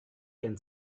can